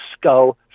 skull